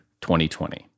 2020